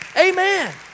Amen